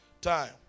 time